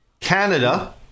Canada